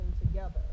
together